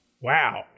Wow